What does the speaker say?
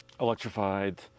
electrified